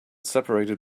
separated